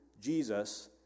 Jesus